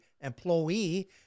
employee